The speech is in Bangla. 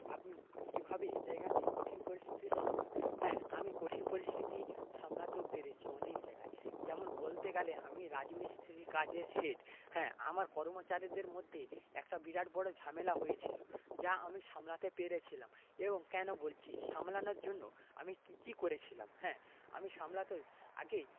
আপনি কিভাবে এই জায়গাতে কঠিন পরিস্থিতি সামলান হ্যাঁ আমি কঠিন পরিস্থিতি সামলাতেও পেরেছি অনেক জায়গায় যেমন বলতে গেলে আমি রাজমিস্ত্রি কাজের হেড হ্যাঁ আমার কর্মচারীদের মধ্যে একটা বিরাট বড় ঝামেলা হয়েছিল যা আমি সামলাতে পেরেছিলাম এবং কেন বলছি সামলানোর জন্য আমি কি কি করেছিলাম হ্যাঁ আমি সামলাতই আগেই